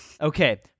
Okay